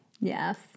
Yes